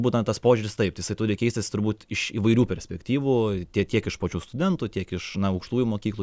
būtent tas požiūris taip jisai turi keistis turbūt iš įvairių perspektyvų tiek tiek iš pačių studentų tiek iš na aukštųjų mokyklų